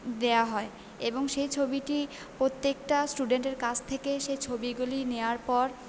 দেওয়া হয় এবং সেই ছবিটি প্রত্যেকটা স্টুডেন্টের কাছ থেকে সে ছবিগুলি নেওয়ার পর